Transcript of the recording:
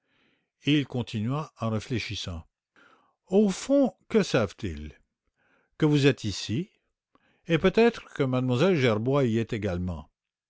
et il continua en réfléchissant au fond que savent-ils que vous êtes ici et peut-être que m lle gerbois y est également